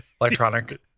electronic